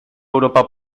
europa